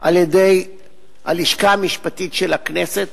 על-ידי הלשכה המשפטית של הכנסת